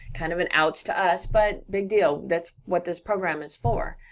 kind of an ouch to us, but, big deal, that's what this program is for.